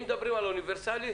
אם מדברים על אוניברסלי,